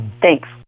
thanks